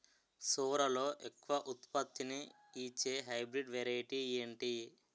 సోరలో ఎక్కువ ఉత్పత్తిని ఇచే హైబ్రిడ్ వెరైటీ ఏంటి?